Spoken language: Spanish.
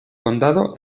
condado